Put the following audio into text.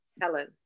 Helen